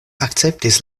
akceptis